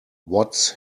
what’s